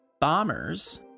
bombers